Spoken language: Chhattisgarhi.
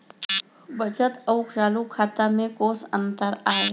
बचत अऊ चालू खाता में कोस अंतर आय?